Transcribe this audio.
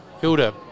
Hilda